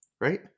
right